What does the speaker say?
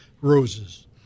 roses